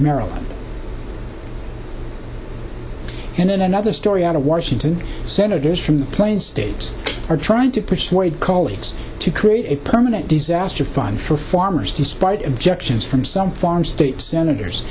maryland and then another story out of washington senators from the plains states are trying to persuade colleagues to create a permanent disaster fund for farmers despite objections from some farm state senators